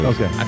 Okay